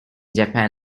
japan